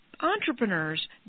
entrepreneurs